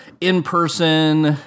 in-person